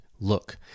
Look